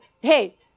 Hey